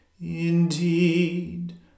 Indeed